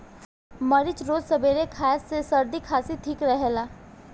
मरीच रोज सबेरे खाए से सरदी खासी ठीक रहेला